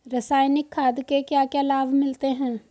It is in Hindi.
रसायनिक खाद के क्या क्या लाभ मिलते हैं?